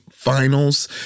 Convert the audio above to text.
finals